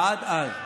עד אז,